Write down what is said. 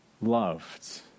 loved